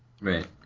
Right